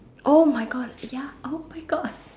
!oh-my-God! ya !oh-my-God!